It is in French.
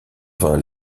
vain